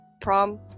prom